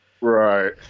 right